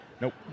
Nope